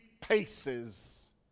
paces